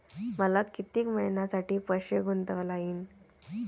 मले कितीक मईन्यासाठी पैसे गुंतवता येईन?